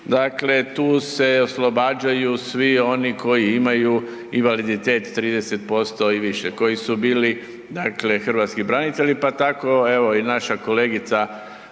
dakle tu se oslobađaju svi oni koji imaju invaliditet 30% i više, koji su bili dakle hrvatski branitelji pa tako evo i naša kolegica